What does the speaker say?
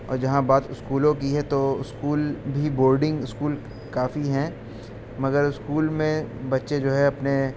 اور جہاں بات اسکولوں کی ہے تو اسکول بھی بورڈنگ اسکول کافی ہیں مگر اسکول میں بچے جو ہے اپنے